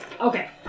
Okay